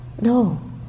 No